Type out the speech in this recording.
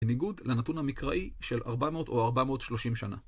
בניגוד לנתון המקראי של 400 או 430 שנה.